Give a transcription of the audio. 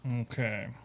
okay